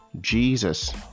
Jesus